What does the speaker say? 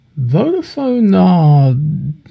Vodafone